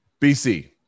BC